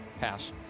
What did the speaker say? pass